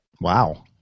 Wow